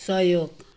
सहयोग